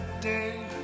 day